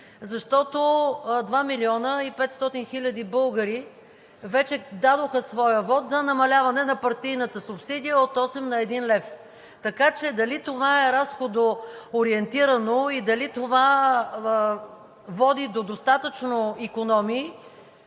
защото два милиона и петстотин хиляди българи вече дадоха своя вот за намаляване на партийната субсидия от осем на един лев. Така че дали това е разходоориентирано и дали това води до достатъчно икономии,